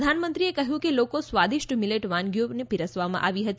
પ્રધાનમંત્રીએ કહ્યું કે લોકોને સ્વાદિષ્ટ મિલેટ વાનગીઓ પીરસવામાં આવી હતી